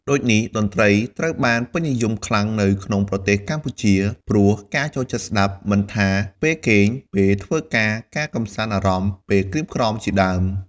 ដូចនេះតន្រ្តីត្រូវបានពេញនិយមខ្លាំងនៅក្នុងប្រទេសកម្ពុជា ព្រោះការចូលចិត្តស្តាប់មិនថាពេលគេង ពេលធ្វើការ ការកម្សាន្តអារម្មណ៍ ពេលក្រៀមក្រំជាដើម។